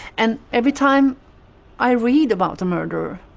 and every time i read about a murder,